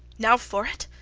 now for it!